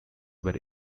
were